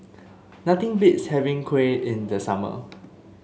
nothing beats having kuih in the summer